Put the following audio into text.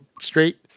straight